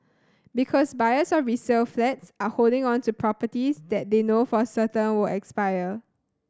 because buyers of resale flats are holding on to properties that they know for certain will expire